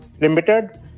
Limited